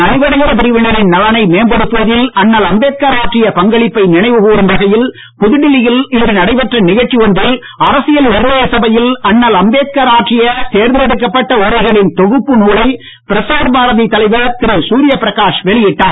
நலிவடைந்த பிரிவினரின் நலனை மேம்படுத்துவதில் அண்ணல் அம்பேத்கார் ஆற்றிய பங்களிப்பை நினைவுகூரும் வகையில் புதுடில்லியில் இன்று நடைபெற்ற நிகழ்ச்சி ஒன்றில் அரசியல் நிர்ணய சபையில் அண்ணல் அம்பேத்கார் ஆற்றிய தேர்ந்தெடுக்கப்பட்ட உரைகளின் தொகுப்பு நூலை பிரசார் பாரதி தலைவர் திரு சூர்யபிரகாஷ் வெளியிட்டார்